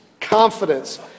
confidence